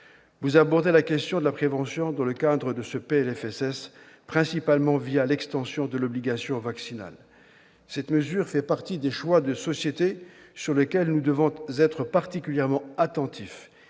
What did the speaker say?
Vous abordez la question de la prévention principalement l'extension de l'obligation vaccinale. Cette mesure fait partie des choix de société sur lesquels nous devons être particulièrement attentifs.